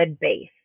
base